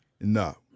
No